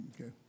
Okay